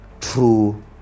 true